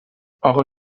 اقا